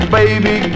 baby